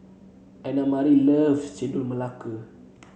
Annamarie loves Chendol Melaka